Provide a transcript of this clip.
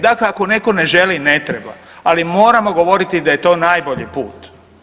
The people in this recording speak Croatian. Dakle, ako netko ne želi, ne treba, ali moramo govoriti da je to najbolji put.